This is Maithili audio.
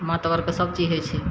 महतबरके सभचीज हइ छै